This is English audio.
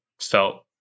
felt